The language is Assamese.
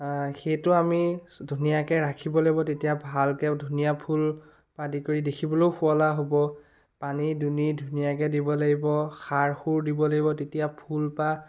সেইটো আমি ধুনীয়াকৈ ৰাখিব লাগিব তেতিয়া ভালকৈও ধুনীয়া ফুল আদি কৰি দেখিবলৈও শুৱলা হ'ব পানী দুনী ধুনীয়াকৈ দিব লাগিব সাৰ সুৰ দিব লাগিব তেতিয়া ফুলপাহ